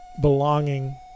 belonging